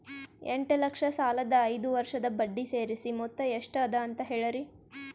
ಎಂಟ ಲಕ್ಷ ಸಾಲದ ಐದು ವರ್ಷದ ಬಡ್ಡಿ ಸೇರಿಸಿ ಮೊತ್ತ ಎಷ್ಟ ಅದ ಅಂತ ಹೇಳರಿ?